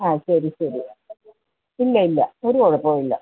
ആ ശരി ശരി ഇല്ലയില്ല ഒരു കുഴപ്പവുമില്ല